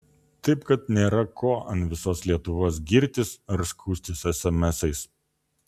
taip kad nėra ko ant visos lietuvos girtis ar skųstis esemesais